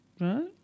right